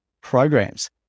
programs